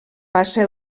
passa